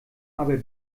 aber